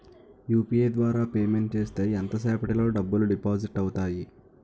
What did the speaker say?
UPI ద్వారా payment చేస్తే ఎంత సేపటిలో డబ్బులు డిపాజిట్ అవుతాయి?